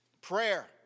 Prayer